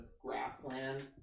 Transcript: grassland